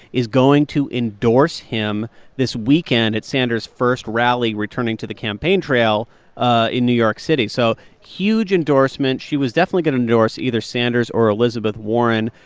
is going to endorse him this weekend at sanders' first rally returning to the campaign trail ah in new york city so huge endorsement. she was definitely going to endorse either sanders or elizabeth warren.